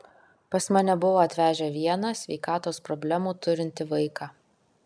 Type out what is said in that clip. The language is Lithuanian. pas mane buvo atvežę vieną sveikatos problemų turintį vaiką